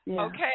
Okay